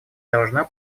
должна